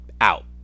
Out